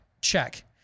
Check